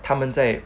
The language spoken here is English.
他们在